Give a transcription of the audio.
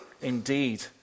indeed